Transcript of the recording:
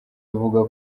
ivuga